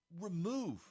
remove